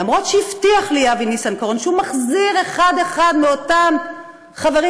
למרות שאבי ניסנקורן הבטיח לי שהוא מחזיר אחד-אחד מאותם חברים,